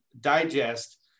digest